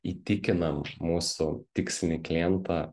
įtikinam mūsų tikslinį klientą